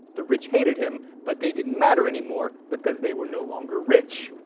the rich hated him but they didn't matter anymore, because they were no longer rich.